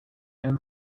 and